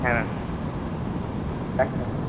হ্যাঁ ম্যাম আচ্ছা